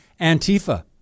Antifa